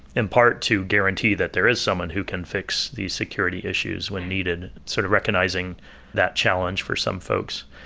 in part to guarantee that there is someone who can fix these security issues when needed, sort of recognizing that challenge for some folks.